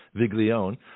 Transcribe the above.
Viglione